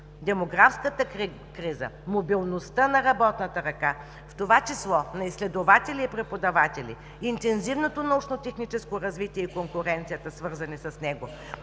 Демографската криза, мобилността на работната ръка, в това число на изследователи и преподаватели, интензивното научно техническо развитие и конкуренцията, свързани с него,